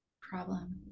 problem